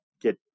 get